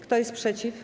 Kto jest przeciw?